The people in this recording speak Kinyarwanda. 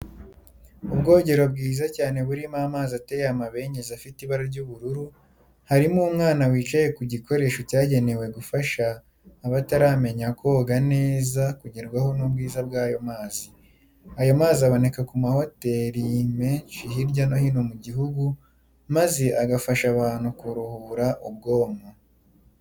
Ubwogero bwiza cyane burimo amazi ateye amabengeza afite ibara ry'ubururu, harimo umwana wicaye kugikoresho cyagenewe gufasha bataramenya koga neza kugerwaho n'ubwiza bwayo mazi. Ayo mazi abaneka ku mahoteli meshi hirya nohino mu gihugu maze agafasha abantu kuruhura ubwonko.